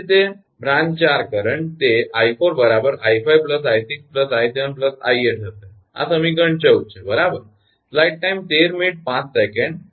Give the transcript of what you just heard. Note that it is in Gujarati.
એ જ રીતે બ્રાંચ 4 કરંટ તે 𝐼4 𝑖5 𝑖6 𝑖7 𝑖8 હશે આ સમીકરણ 14 છે બરાબર